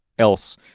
else